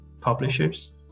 Publishers